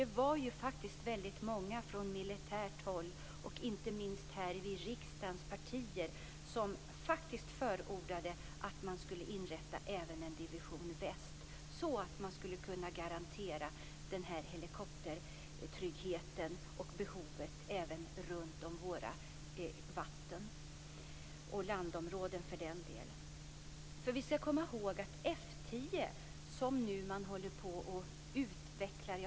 Det var ju faktiskt väldigt många från militärt håll och inte minst från riksdagens partier som förordade att även Division väst skulle inrättas, så att man skulle kunna garantera den här helikoptertryggheten och täcka behovet även vid våra vatten och landområden. Vi skall komma ihåg att man nu håller på att utveckla F 10.